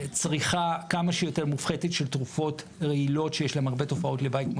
צריכה כמה שיותר מופחתת של תרופות רעילות שיש להן הרבה תופעות לוואי,